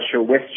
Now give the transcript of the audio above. western